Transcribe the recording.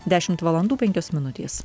dešimt valandų penkios minutės